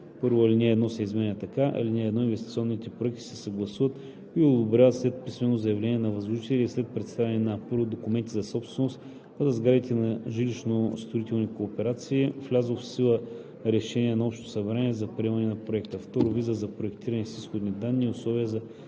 1. Алинея 1 се изменя така: „(1) Инвестиционните проекти се съгласуват и одобряват след писмено заявление на възложителя и след представяне на: 1. документи за собственост, а за сгради на жилищностроителни кооперации – и влязло в сила решение на общото събрание за приемане на проекта; 2. виза за проектиране с изходни данни и условия за